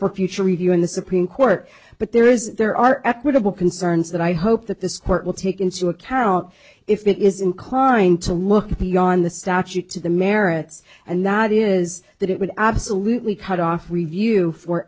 for future review in the supreme court but there is there are equitable concerns that i hope that this court will take into account if it is inclined to look beyond the statute to the merits and that is that it would absolutely cut off review for